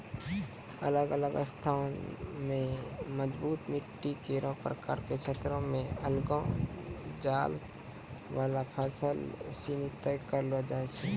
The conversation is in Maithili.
अलग अलग स्थान म मौजूद मिट्टी केरो प्रकार सें क्षेत्रो में उगैलो जाय वाला फसल सिनी तय करलो जाय छै